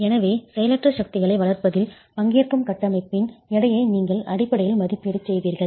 எனவே செயலற்ற சக்திகளை வளர்ப்பதில் பங்கேற்கும் கட்டமைப்பின் எடையை நீங்கள் அடிப்படையில் மதிப்பீடு செய்கிறீர்கள்